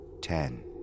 Ten